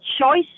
choice